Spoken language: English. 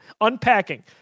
Unpacking